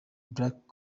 black